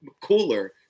cooler